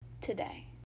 today